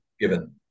given